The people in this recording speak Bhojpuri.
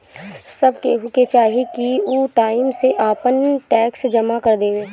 सब केहू के चाही की उ टाइम से आपन टेक्स जमा कर देवे